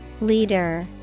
Leader